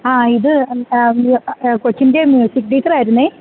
ആ ഇത് കൊച്ചിൻ്റെ മ്യൂസിക് ടീച്ചറായിര്ന്നേ